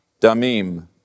damim